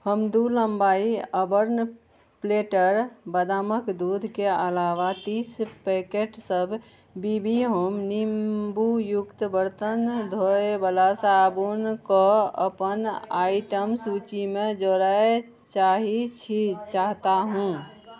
हम दू लम्बाइ अर्बन प्लैटर बदामक दूधके अलावा तीस पैकेटसभ बी बी होम नींबूयुक्त बरतन धोयवला साबुनके अपन आइटम सूचीमे जोड़य चाहैत छी चाहता हूँ